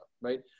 Right